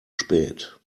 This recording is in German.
spät